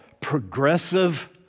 progressive